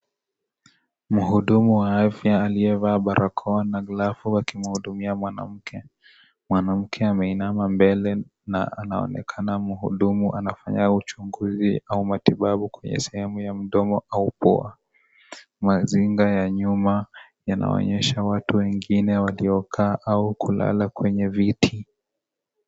Muhudumu wa afya aliyevaa barakoa na glavu akimuhudumia mwanamke. Mwanamke ameinama mbele na anaonekana muhudumu anafanya uchunguzi au matibabu kwenye sehemu ya mdomo au pua. Mazinga ya nyuma yanaonyesha watu wengine walio kaa au kulala kwenye viti.